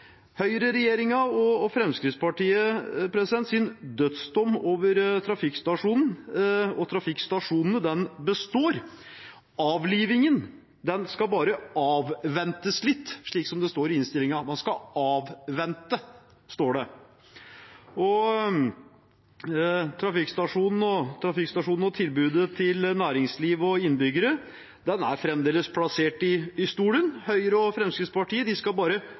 og Fremskrittspartiets dødsdom over trafikkstasjonen – og trafikkstasjonene – består. Avlivingen skal bare avventes litt, slik det står i innstillingen. Man skal «avvente», står det. Trafikkstasjonene og tilbudet til næringsliv og innbyggere er fremdeles plassert i stolen. Høyre og Fremskrittspartiet skal bare